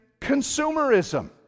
consumerism